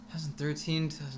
2013